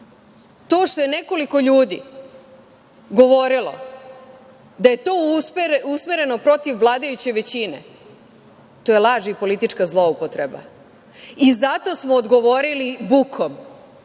To što je nekoliko ljudi govorilo da je to usmereno protiv vladajuće većine, to je laž i politička zloupotreba i zato smo odgovorili bukom,